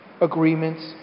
agreements